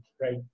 right